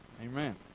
Amen